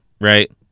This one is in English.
Right